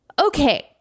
Okay